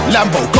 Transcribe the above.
Lambo